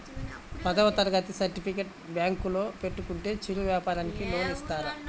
పదవ తరగతి సర్టిఫికేట్ బ్యాంకులో పెట్టుకుంటే చిరు వ్యాపారంకి లోన్ ఇస్తారా?